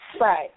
Right